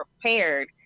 prepared